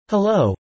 Hello